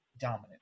dominant